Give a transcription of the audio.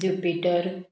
jupiter